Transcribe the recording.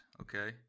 okay